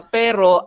pero